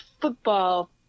football